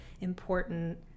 important